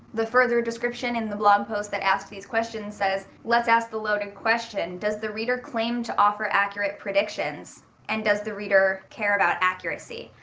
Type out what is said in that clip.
the further description in the blog post that ask these questions says let's ask the loaded question, does the reader claim to offer accurate predictions and does the reader care about accuracy?